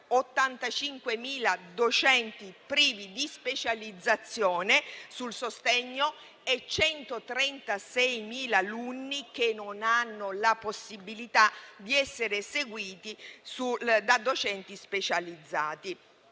85.000 docenti privi di specializzazione sul sostegno e 136.000 alunni che non hanno la possibilità di essere seguiti da docenti specializzati.